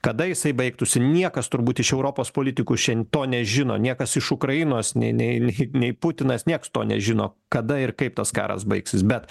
kada jisai baigtųsi niekas turbūt iš europos politikų šiandien to nežino niekas iš ukrainos nei nei nei nei putinas nieks to nežino kada ir kaip tas karas baigsis bet